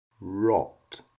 rot